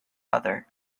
other